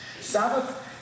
Sabbath